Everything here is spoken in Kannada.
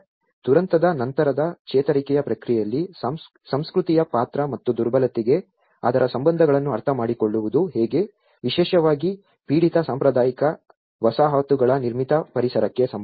ದುರಂತದ ನಂತರದ ಚೇತರಿಕೆಯ ಪ್ರಕ್ರಿಯೆಯಲ್ಲಿ ಸಂಸ್ಕೃತಿಯ ಪಾತ್ರ ಮತ್ತು ದುರ್ಬಲತೆಗೆ ಅದರ ಸಂಬಂಧವನ್ನು ಅರ್ಥಮಾಡಿಕೊಳ್ಳುವುದು ಹೇಗೆ ವಿಶೇಷವಾಗಿ ಪೀಡಿತ ಸಾಂಪ್ರದಾಯಿಕ ವಸಾಹತುಗಳ ನಿರ್ಮಿತ ಪರಿಸರಕ್ಕೆ ಸಂಬಂಧಿಸಿದೆ